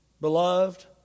Beloved